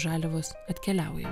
žaliavos atkeliauja